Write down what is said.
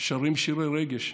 שרים שירי רגש,